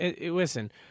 listen